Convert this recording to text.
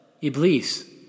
Iblis